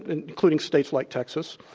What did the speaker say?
and including states like texas,